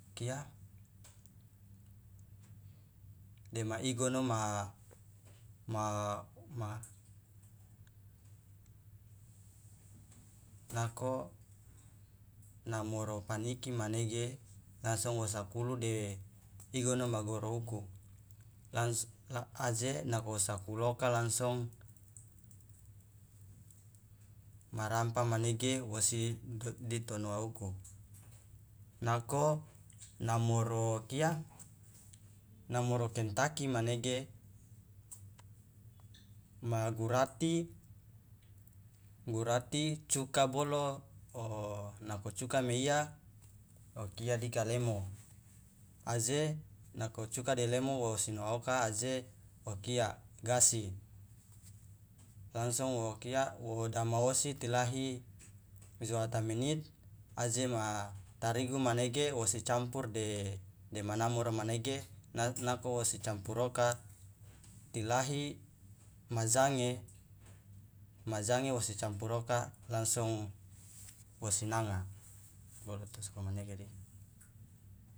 Kia dema igono ma nako namoro paniki manege langsung wa sakulu de igono ma goro uku aje nako wo sakulu oka langsung ma rampa manege wosi ditinoa uku nako namoro kia namoro kentaki manege ma gurati gurati cuka bolo nako cuka meiya okia dika lemo aje nako cuka de lemo wosi noa oka aje okia gasi langsung okia wodama osi tilahi joata menit aje ma tarigu manege wosi campur de dema namoro manege nako wosi campur oka tiahir ma jange ma jange wosi campur oka langsung wosi nanga boloto sokomanege dika.